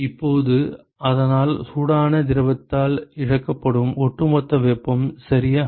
எனவே இப்போது அதனால் சூடான திரவத்தால் இழக்கப்படும் ஒட்டுமொத்த வெப்பம் சரியா